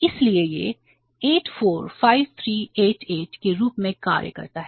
इसलिए यह 845388 के रूप में कार्य करता है